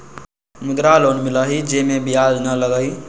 मुद्रा लोन मिलहई जे में ब्याज न लगहई?